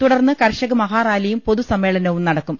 തുടർന്ന് കർഷക മഹാറാലിയും പൊതുസമ്മേളനവും നടക്കും